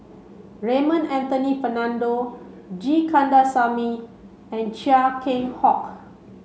Raymond Anthony Fernando G Kandasamy and Chia Keng Hock